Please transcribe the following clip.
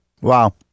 Wow